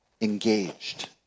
Engaged